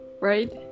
right